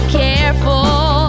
careful